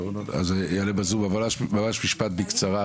בזום בקצרה,